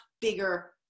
bigger